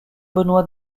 benoît